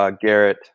Garrett